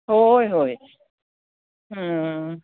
होय हो हां